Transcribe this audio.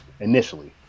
initially